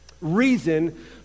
reason